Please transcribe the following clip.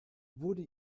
wurde